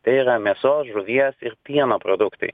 tai yramėsos žuvies ir pieno produktai